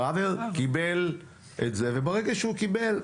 פרבר, קיבל את זה וברגע שהוא קיבל,